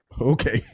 Okay